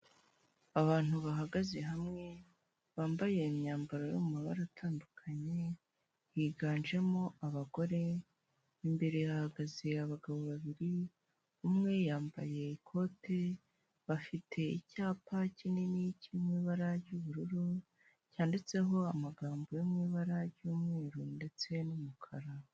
Abantu bahagaze hamwe bambaye imyambaro yo mu mabara atandukanye higanjemo abagore, imbere hahagaze abagabo babiri umwe yambaye ikote bafite icyapa kinini cy'ibara ry'ubururu cyanditseho amagambo yo mu ibara ry'umweru ndetse n'umukara.